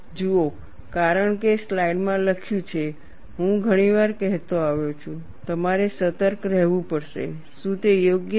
જુઓ કારણ કે સ્લાઇડમાં લખ્યું છે હું ઘણી વાર કહેતો આવ્યો છું તમારે સતર્ક રહેવું પડશે શું તે યોગ્ય છે